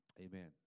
Amen